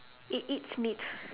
it eats meat